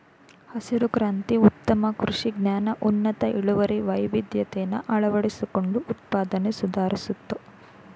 ಹಸಿರು ಕ್ರಾಂತಿ ಉತ್ತಮ ಕೃಷಿ ಜ್ಞಾನ ಉನ್ನತ ಇಳುವರಿ ವೈವಿಧ್ಯತೆನ ಅಳವಡಿಸ್ಕೊಂಡು ಉತ್ಪಾದ್ನೆ ಸುಧಾರಿಸ್ತು